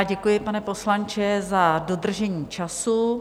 Děkuji, pane poslanče, za dodržení času.